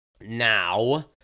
Now